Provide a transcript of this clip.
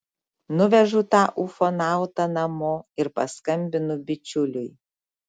nuvežu tą ufonautą namo ir paskambinu bičiuliui